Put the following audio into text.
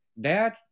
Dad